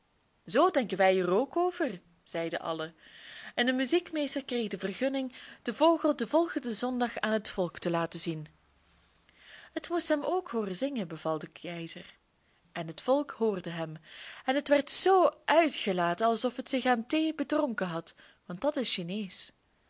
zoo denken wij er ook over zeiden allen en de muziekmeester kreeg de vergunning den vogel den volgenden zondag aan het volk te laten zien het moest hem ook hooren zingen beval de keizer en het volk hoorde hem en het werd zoo uitgelaten alsof het zich aan thee bedronken had want dat is chineesch